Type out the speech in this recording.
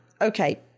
Okay